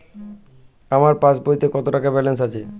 আমার পাসবইতে কত টাকা ব্যালান্স আছে?